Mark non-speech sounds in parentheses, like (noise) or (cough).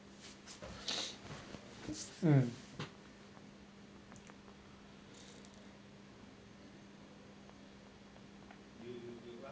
(breath) mm